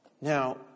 Now